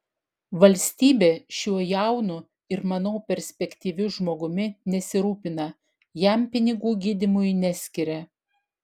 valstybė šiuo jaunu ir manau perspektyviu žmogumi nesirūpina jam pinigų gydymui neskiria